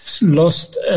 lost –